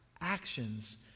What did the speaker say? actions